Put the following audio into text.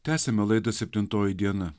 tęsiame laidą septintoji diena